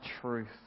truth